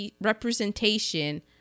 representation